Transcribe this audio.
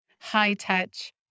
high-touch